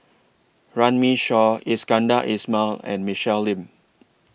Runme Shaw Iskandar Ismail and Michelle Lim